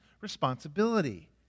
responsibility